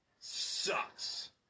Sucks